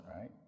right